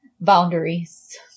boundaries